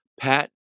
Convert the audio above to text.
Pat